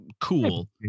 cool